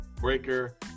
Breaker